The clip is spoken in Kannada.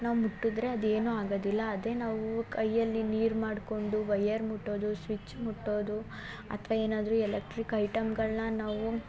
ನಾವು ಮುಟ್ಟಿದರೆ ಅದು ಏನು ಆಗದಿಲ್ಲ ಅದೇ ನಾವು ಕೈಯಲ್ಲಿ ನೀರು ಮಾಡ್ಕೊಂಡು ವೈಯರ್ ಮುಟ್ಟೋದು ಸ್ವಿಚ್ ಮುಟ್ಟೋದು ಅಥ್ವಾ ಏನಾದರು ಎಲೆಕ್ಟ್ರಿಕ್ ಐಟಮ್ಗಳನ್ನು ನಾವು